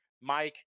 Mike